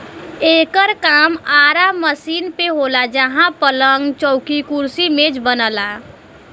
एकर काम आरा मशीन पे होला जहां पलंग, चौकी, कुर्सी मेज बनला